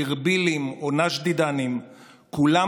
ארבילים או נאש-דידנים,